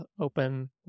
open